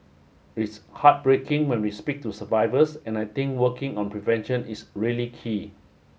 it's heartbreaking when we speak to survivors and I think working on prevention is really key